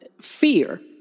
fear